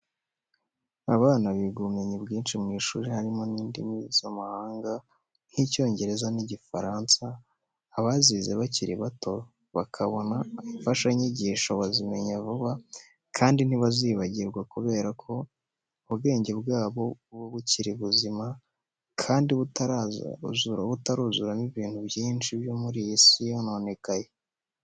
Abana biga ubumenyi bwinshi mu ishuri harimo n'indimi z'amahanga, nk'Icyongereza n'Igifaransa, abazize bakiri bato, bakanabona imfashanyigisho bazimenya vuba kandi ntibazibagirwa, kubera ko ubwenge bwabo buba bukiri buzima kandi butaruzuramo ibintu byinshi byo muri iyi si yononekaye.